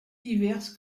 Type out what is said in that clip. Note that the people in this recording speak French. diverses